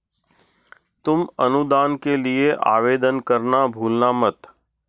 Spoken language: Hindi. तुम अनुदान के लिए आवेदन करना भूलना मत